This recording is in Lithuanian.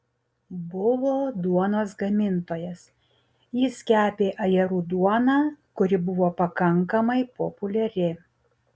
buvo duonos gamintojas jis kepė ajerų duoną kuri buvo pakankamai populiari